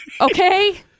Okay